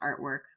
artwork